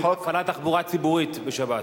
כי זה הפעלת תחבורה ציבורית בשבת.